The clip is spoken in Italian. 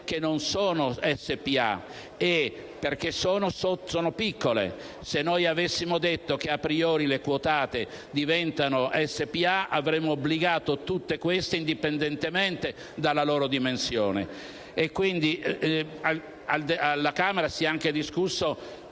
che non sono SpA, perché sono piccole. Se noi avessimo detto che *a priori* le quotate diventano SpA, le avremmo obbligate tutte indipendentemente dalla loro dimensione. Alla Camera si è anche discusso